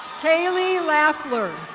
kaylee laughler.